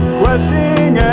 questing